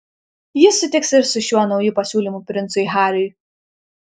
jis sutiks ir su šiuo nauju pasiūlymu princui hariui